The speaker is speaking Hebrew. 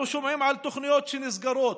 אנחנו שומעים על תוכניות שנסגרות,